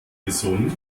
gesund